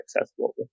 accessible